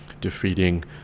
defeating